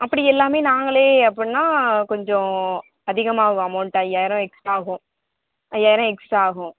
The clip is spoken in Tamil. அப்படி எல்லாமே நாங்களே அப்புடின்னா கொஞ்சம் அதிகமாக ஆகும் அமௌண்ட்டு ஐயாயிரம் எக்ஸ்ட்ரா ஆகும் ஐயாயிரம் எக்ஸ்ட்ரா ஆகும்